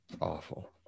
Awful